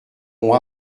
ont